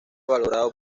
valorado